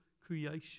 creation